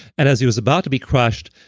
and as he was about to be crushed,